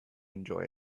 enjoy